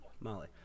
Molly